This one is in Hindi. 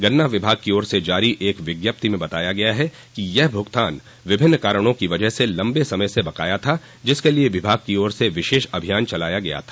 गन्ना विभाग की ओर से जारी एक विज्ञप्ति में बताया गया है कि यह भुगतान विभिन्न कारणों की वजह से लम्बे समय से बकाया था जिसके लिए विभाग की ओर से विशेष अभियान चलाया गया था